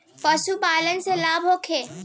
पशु पालन से लाभ होखे?